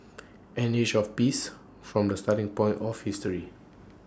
an age of peace from the starting point of history